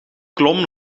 klom